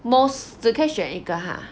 most 志克 yi xuan 伊格yi ge ah